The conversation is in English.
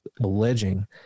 alleging